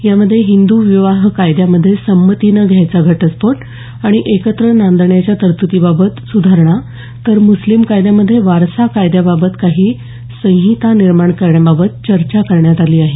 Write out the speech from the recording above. यामध्ये हिंदू विवाहा कायद्यामध्ये संमतीने घ्यायचा घटस्फोट आणि एकत्र नांदण्याच्या तरतूदीबाबत सुधारणा तर मुस्लीम कायद्यामध्ये वारसा कायद्याबाबत काही संहिता निर्माण करण्याबाबत चर्चा करण्यात आली आहे